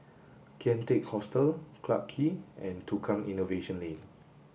Kian Teck Hostel Clarke Quay and Tukang Innovation Lane